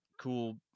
cool